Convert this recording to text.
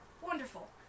Wonderful